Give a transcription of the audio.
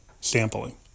sampling